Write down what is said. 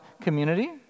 community